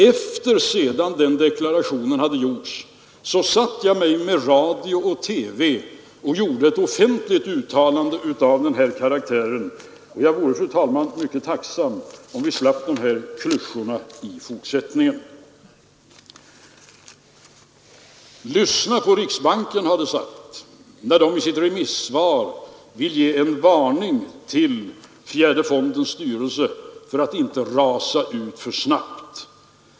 Efter det att denna deklaration hade gjorts satte jag mig hos radio och TV och gjorde ett offentligt uttalande av den här karaktären, och jag vore, fru talman, mycket tacksam om vi slapp dessa klyschor i fortsättningen. Lyssna på riksbanken, har det sagts, som i sitt remissvar vill ge en varning till fjärde fondens styrelse för att inte rasa ut för snabbt.